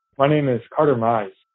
my name is carter miles,